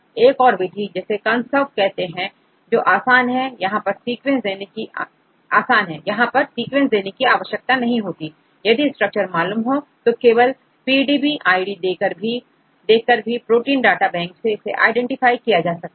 एक और विधि जिसेConSurfकहते हैं जो आसान है यहां पर सीक्वेंस देने की आवश्यकता नहीं होती यदि स्ट्रक्चर मालूम हो केवलPDB id देखकर प्रोटीन डाटा बैंक से आईडेंटिफाई किया जा सकता है